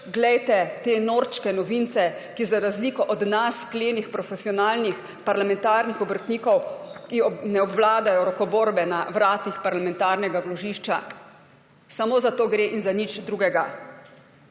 glejte te norčke novince, ki za razliko od nas klenih profesionalnih parlamentarnih obrtnikov ne obvladajo rokoborbe na vratih parlamentarnega vložišča. Samo za to gre in za nič drugega.